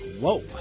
Whoa